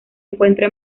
encuentra